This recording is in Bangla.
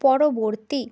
পরবর্তী